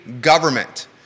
government